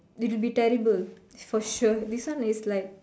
it'll be terrible for sure this one is like